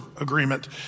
Agreement